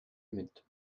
mit